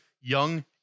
young